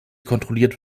kontrolliert